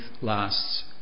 lasts